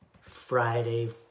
Friday